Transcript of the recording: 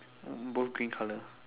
um both green colour